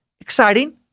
exciting